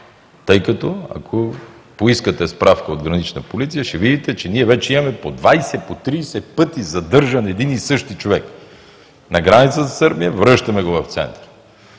Тъй като, ако поискате справка от „Гранична полиция“ ще видите, че ние вече имаме по 20, по 30 пъти задържан един и същи човек на границата със Сърбия, връщаме го в Центъра,